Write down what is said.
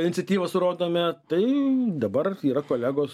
iniciatyvas rodome tai dabar yra kolegos